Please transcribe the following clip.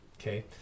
Okay